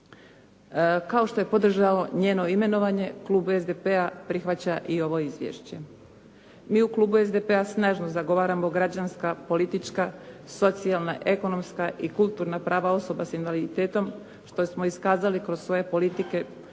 Kao što je podržao njeno imenovanje, Klub SDP-a prihvaća i ovo izvješće. Mi u klubu SDP-a snažno zagovaramo građanska, politička, socijalna, ekonomska i kulturna prava osoba sa invaliditetom što smo iskazali kroz svoje politike